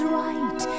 right